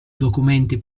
documenti